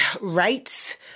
rights